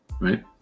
right